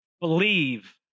believe